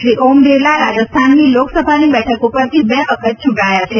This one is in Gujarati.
શ્રી ઓમ બીરલા રાજસ્થાનની લોકસભાની બેઠક પરથી બે વખત ચ્રંટાયા છે